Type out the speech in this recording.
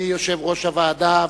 אדוני יושב-ראש הוועדה,